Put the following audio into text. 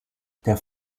der